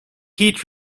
heat